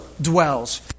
dwells